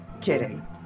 Kidding